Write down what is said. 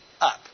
up